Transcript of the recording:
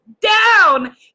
down